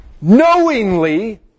knowingly